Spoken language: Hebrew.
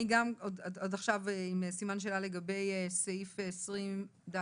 אני גם עד עכשיו עם סימן שאלה לגבי סעיף 20(ד)(2).